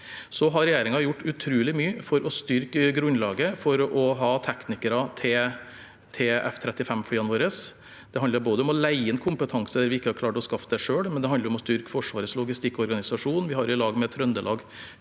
regjeringen gjort utrolig mye for å styrke grunnlaget for å ha teknikere til F35-flyene våre. Det handler om å leie inn kompetanse der vi ikke har klart å skaffe det selv, men det handler også om å styrke Forsvarets logistikkorganisasjon. Vi har sammen med Trøndelag